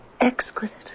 Exquisite